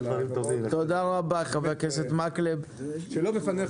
מהשירותים הכספיים המנויים בסעיף 88א